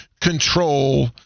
control